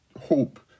hope